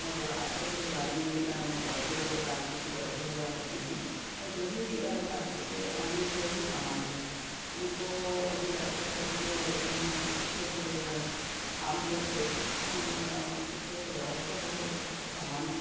और आजकल जो पुरानी बोटलें व प्लास्टिक की बोटलें वगैरह होती हैं या जो भी प्लास्टिक के अनुपयोगी सामान हैं उनको रिसाइकल करके और उसके ऊपर काम करके और उससे सजावट का बहुत अच्छा अच्छा सामान